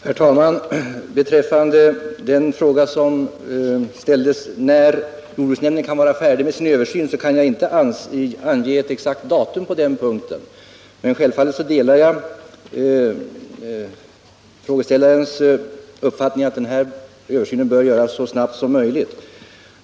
Herr talman! På frågan om när jordbruksnämnden kan vara färdig med sin översyn kan jag inte ange något exakt datum. Självfallet delar jag frågeställarens uppfattning om att en sådan översyn bör göras så snabbt som möjligt.